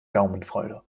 gaumenfreude